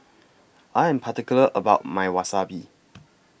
I Am particular about My Wasabi